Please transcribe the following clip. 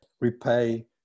repay